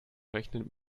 rechnet